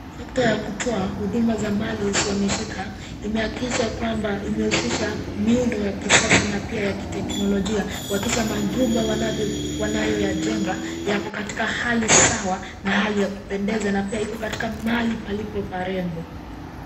Sekta ya kutoa huduma za mali isiyohamishika imehakikisha kwamba imehusisha miundo ya kisasa na pia ya kiteknolojia kuhakikisha majumba wanayoyajenga yako katika hali sawa na hali ya kupendeza na pia iko katika mahali palipo parembo.